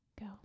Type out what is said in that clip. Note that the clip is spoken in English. go